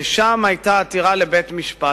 ושם היתה עתירה לבית-משפט,